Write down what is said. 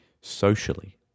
socially